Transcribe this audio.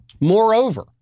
Moreover